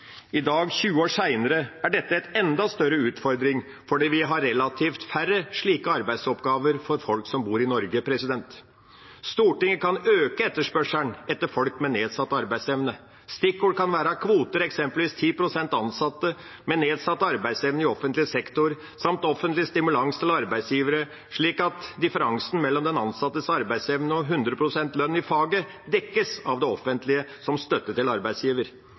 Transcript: I dag, 20 år senere, er dette en enda større utfordring fordi vi har relativt færre slike arbeidsoppgaver for folk som bor i Norge. Stortinget kan øke etterspørselen etter folk med nedsatt arbeidsevne. Stikkord kan være kvoter, eksempelvis 10 pst. ansatte med nedsatt arbeidsevne i offentlig sektor samt offentlig stimulans til arbeidsgivere, slik at differansen mellom den ansattes arbeidsevne og 100 pst. lønn i faget dekkes av det offentlige, som støtte til arbeidsgiver.